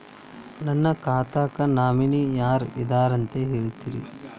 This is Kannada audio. ನನ್ನ ಖಾತಾಕ್ಕ ನಾಮಿನಿ ಯಾರ ಇದಾರಂತ ಹೇಳತಿರಿ?